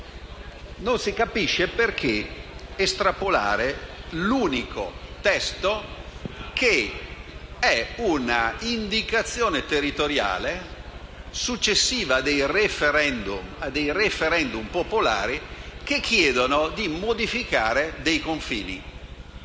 non si capisce perché estrapolare l'unico testo frutto di una indicazione territoriale successiva adei *referendum* popolari che chiedono di modificare dei confini.